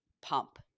pump